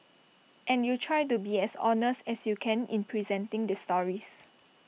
and you try to be as honest as you can in presenting their stories